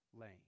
Lane